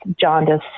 jaundice